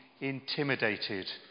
intimidated